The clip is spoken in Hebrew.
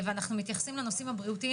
אנחנו מתייחסים לנושאי הבריאות,